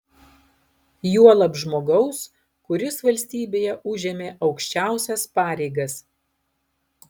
juolab žmogaus kuris valstybėje užėmė aukščiausias pareigas